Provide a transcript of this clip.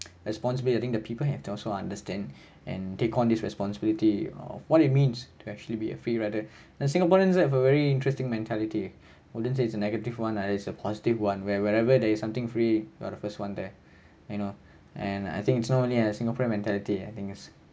responsibility I think the people have to also understand and take on this responsibility or what it means to actually be a free rider and singaporeans have a very interesting mentality wouldn't say it's a negative one ah it's a positive one where wherever there is something free you are the first one there you know and I think it's not only uh singaporean mentality I think is